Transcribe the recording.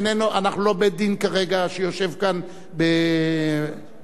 אנחנו לא בית-דין כרגע שיושב כאן בהרכב.